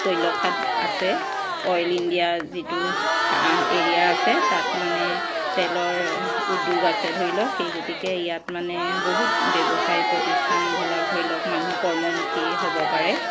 তৈলখাট আছে Oil India যিটো area আছে তাত মানে তেলৰ উদ্যোগ আছে ধৰি লওক সেই গতিকে ইয়াত মানে বহুত ব্যৱসায় প্ৰতিষ্ঠানবিলাক ধৰি লওক মানুহ কৰ্মমুখী হ'ব পাৰে